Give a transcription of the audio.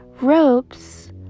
ropes